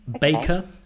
Baker